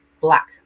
black